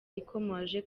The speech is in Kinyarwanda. ikomeje